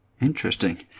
Interesting